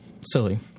silly